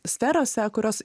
sferose kurios